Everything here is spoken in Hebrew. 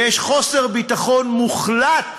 יש חוסר ביטחון מוחלט,